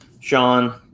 Sean